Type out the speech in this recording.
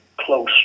close